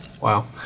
Wow